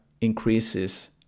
increases